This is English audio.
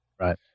Right